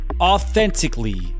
authentically